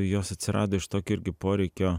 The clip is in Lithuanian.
jos atsirado iš tokio irgi poreikio